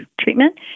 treatment